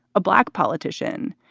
a black politician.